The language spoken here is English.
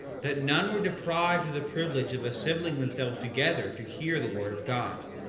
that none were deprived of the privilege of assembling themselves together to hear the word of god.